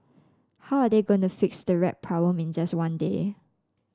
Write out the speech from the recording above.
how are they going to fix the rat problem in just one day